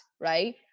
right